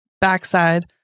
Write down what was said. backside